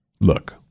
look